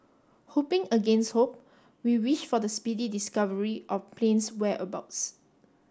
hoping against hope we wish for the speedy discovery of plane's whereabouts